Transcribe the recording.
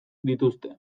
dituzte